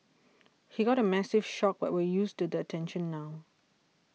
he got a massive shock but we're used to the attention now